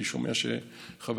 אני שומע שחברנו,